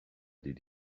did